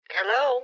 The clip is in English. Hello